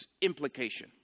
implication